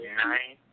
nine